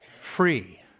free